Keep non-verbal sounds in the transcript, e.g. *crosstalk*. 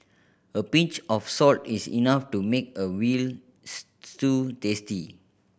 a pinch of salt is enough to make a veal *unintelligible* stew tasty